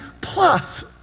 plus